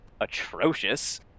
atrocious